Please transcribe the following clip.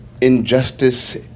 injustice